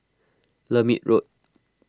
Lermit Road